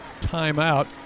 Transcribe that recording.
timeout